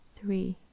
three